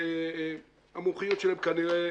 שהמומחיות שלהם כנראה